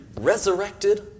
resurrected